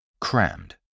Crammed